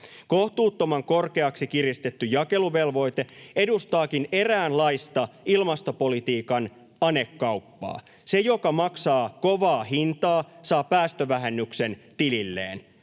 Kohtuuttoman korkeaksi kiristetty jakeluvelvoite edustaakin eräänlaista ilmastopolitiikan anekauppaa: se, joka maksaa kovaa hintaa, saa päästövähennyksen tililleen,